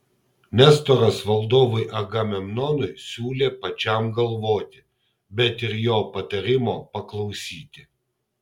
nestoras valdovui agamemnonui siūlė pačiam galvoti bet ir jo patarimo paklausyti